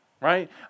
right